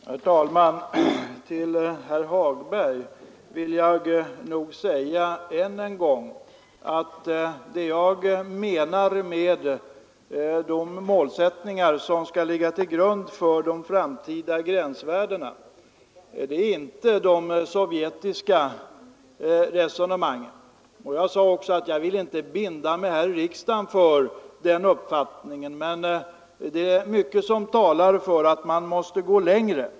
Herr talman! Till herr Hagberg vill jag än en gång säga att de målsättningar och resonemang som skall ligga till grund för framtida gränsvärden inte är de sovjetiska. Jag sade också att jag inte vill binda mig här i riksdagen för den uppfattningen. Men det är mycket som talar för att man måste gå längre.